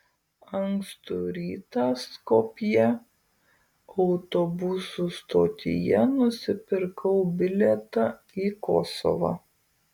ankstų rytą skopjė autobusų stotyje nusipirkau bilietą į kosovą